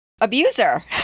abuser